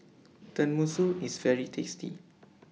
Tenmusu IS very tasty